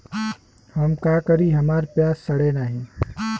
हम का करी हमार प्याज सड़ें नाही?